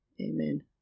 Amen